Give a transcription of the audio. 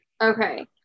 Okay